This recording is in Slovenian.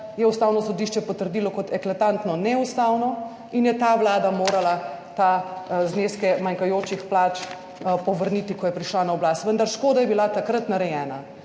je Ustavno sodišče potrdilo kot eklatantno neustavno in je ta Vlada morala te zneske manjkajočih plač povrniti, ko je prišla na oblast. Vendar škoda je bila takrat narejena.